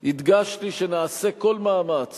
הדגשתי שנעשה כל מאמץ